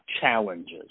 challenges